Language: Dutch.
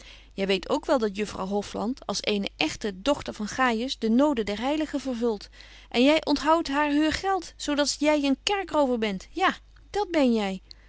jy weet ook wel dat juffrouw hofland als eene echte dochter van gaaijus de noden der heiligen vervult en jy onthouwt haar heur geld zo dat jy een kerkrover bent ja dat ben jy